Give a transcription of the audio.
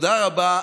תודה רבה.